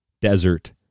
desert